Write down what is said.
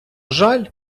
жаль